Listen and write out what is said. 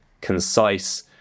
concise